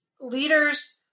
leaders –